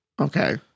Okay